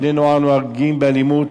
בני-נוער נוהגים באלימות